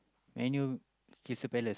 Man-U Crystal Palace